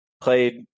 played